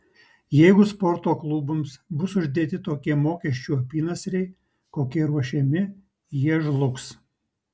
jeigu sporto klubams bus uždėti tokie mokesčių apynasriai kokie ruošiami jie žlugs